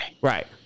Right